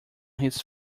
his